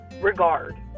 regard